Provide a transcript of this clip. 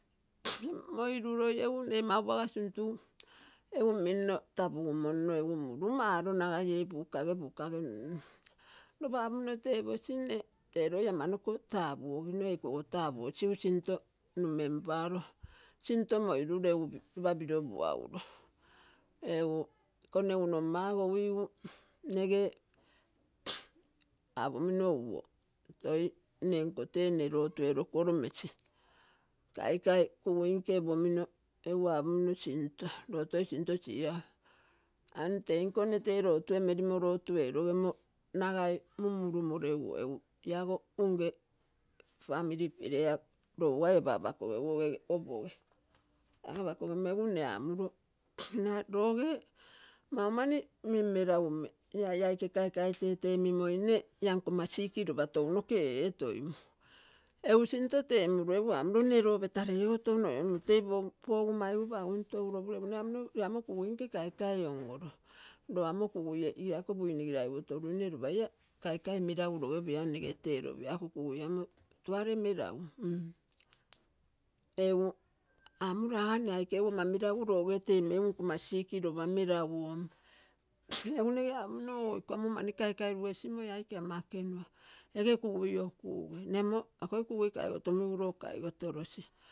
moirugroi egu ree mau puagosi tuntugu egu minno tapugumonno murumalo, nagai ege buka, buka nunugu. Ropa apomino nne tee loi amarogo tapuogino eiko tapuosigu sinto numenpalo sinto moirulo lopa pilo puagulo. Egu konegu no ma ogo uigu. Nne ege apomino uo toi nenko tee nne lotu eromoro mesi kaikai kuguinge opomino apomino sinto, roo toi sinto siralui ann teinko nne tee lotu melimo nagai muunmulumo reguo. Egu iago unge family prayer lougai kogeguo ege opoge. Anapakogomo egu nne gemo nne loge maumani ia aike kaikai tetemimoi nne ia nkonma sick lopa tounoge etoimuu. Egu sinto temulo amulo nne roo peteri touno ioio muui tei poguu maigupa egu ntoulopulo egu nege apomino roo amo kugunge kaikai onolo. Roo amo kugui igilaigo buin nigilai uotorui nne lopa ia kaikai meragu logepio, ia nne teiopio ako kugui amo tuaree meragu mm egu amulo aga aike ogo ama meragu teeneigu nkonma sick lopa meraguom egu nege apomino oo iko omo mani kaikai rugesimoi aike ama ekenua nne amo ako kugui kaigotomuigu roo kaigotorosi.